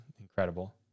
Incredible